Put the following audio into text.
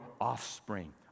offspring